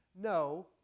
No